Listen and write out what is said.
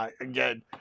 again